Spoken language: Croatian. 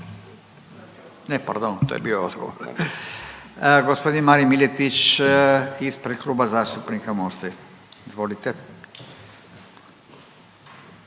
Ne pardon, to je bio odgovor. Gospodin Marin Miletić ispred Kluba zastupnika Mosta. Izvolite.